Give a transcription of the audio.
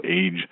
age